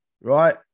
right